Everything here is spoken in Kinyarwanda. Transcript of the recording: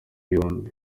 yombi